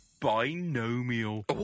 Binomial